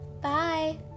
Bye